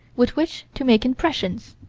with which to make impressions.